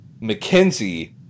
McKenzie